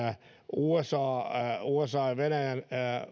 usan usan ja venäjän